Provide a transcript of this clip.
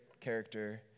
character